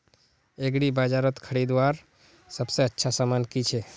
एग्रीबाजारोत खरीदवार सबसे अच्छा सामान की छे?